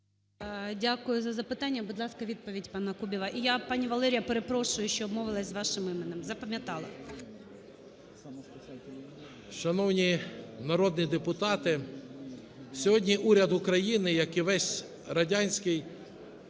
Дякую за запитання. Будь ласка, відповідь пана Кубіва. І я, пані Валерія, перепрошую, що обмовилась з вашим іменем, запам'ятала. 11:08:56 КУБІВ С.І. Шановні народні депутати, сьогодні уряд України, як і весь радянський